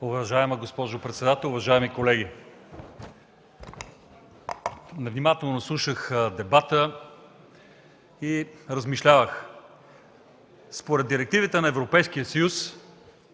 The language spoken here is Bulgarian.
Уважаема госпожо председател, уважаеми колеги! Внимателно слушах дебата и размишлявах. Според директивите на Европейския съюз,